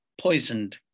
poisoned